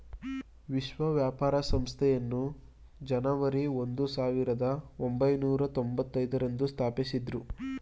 ವಿಶ್ವ ವ್ಯಾಪಾರ ಸಂಸ್ಥೆಯನ್ನು ಜನವರಿ ಒಂದು ಸಾವಿರದ ಒಂಬೈನೂರ ತೊಂಭತ್ತೈದು ರಂದು ಸ್ಥಾಪಿಸಿದ್ದ್ರು